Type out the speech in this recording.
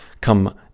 come